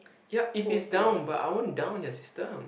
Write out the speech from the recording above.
yup if it's down but I won't down your system